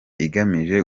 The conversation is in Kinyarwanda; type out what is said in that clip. igamije